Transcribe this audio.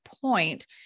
point